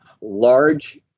large